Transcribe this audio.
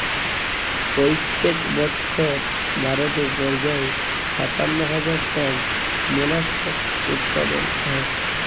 পইত্তেক বসর ভারতে পর্যায়ে সাত্তান্ন হাজার টল মোলাস্কাস উৎপাদল হ্যয়